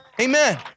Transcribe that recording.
Amen